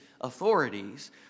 authorities